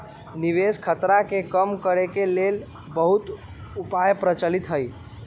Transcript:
निवेश खतरा के कम करेके के लेल बहुते उपाय प्रचलित हइ